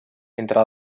entre